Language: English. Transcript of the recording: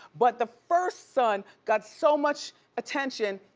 but the first son got so much attention,